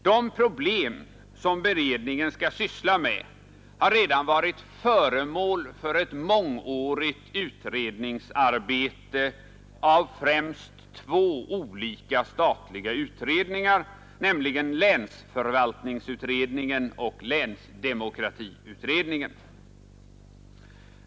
De problem som beredningen skall syssla med har redan varit föremål för ett mångårigt utredningsarbete av främst två olika statliga utredningar, nämligen länsförvaltningsutredningen och länsdemokratiutredningen.